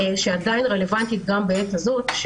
שעדיין רלוונטית גם בעת הזאת,